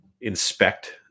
inspect